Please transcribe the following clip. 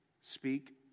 Speak